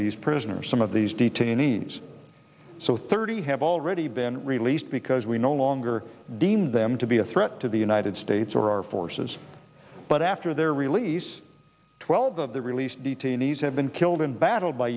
these prisoners some of these detainees so thirty have already been released because we no longer deemed them to be a threat to the united states or our forces but after their release twelve of the released detainees have been killed in battle by